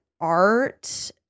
art